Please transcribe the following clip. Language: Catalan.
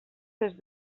des